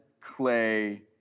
clay